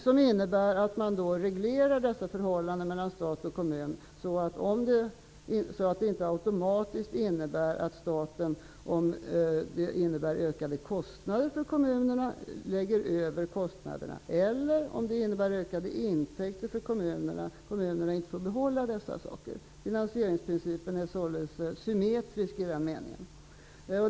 Den innebär att man reglerar förhållandena mellan stat och kommun så att det inte automatiskt innebär att staten lägger över kostnaderna på kommunerna om förslaget innebär ökade kostnader. Om det innebär ökade intäkter för kommunerna får de inte behålla dem heller. Finansieringsprincipen är således symmetrisk i den meningen.